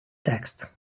text